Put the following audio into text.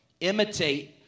imitate